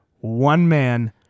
One-man